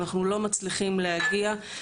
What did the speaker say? ואנחנו לא מצליחים להגיע לקהל היעד.